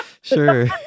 Sure